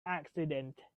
accident